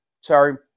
Sorry